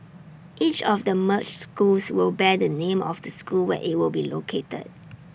each of the merged schools will bear the name of the school where IT will be located